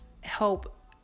help